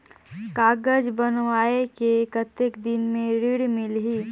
कागज बनवाय के कतेक दिन मे ऋण मिलही?